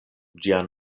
ĝia